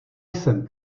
jsem